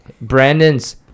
Brandon's